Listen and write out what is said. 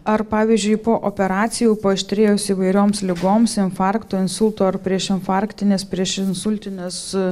ar pavyzdžiui po operacijų paaštrėjus įvairioms ligoms infarkto insulto ar priešinfarktinės priešinsultinės